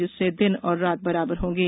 जिससे दिन एवं रात बराबर होंगे